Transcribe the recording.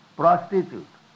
prostitute